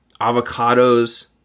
Avocados